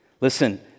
Listen